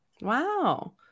Wow